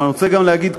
אני רוצה גם להגיד,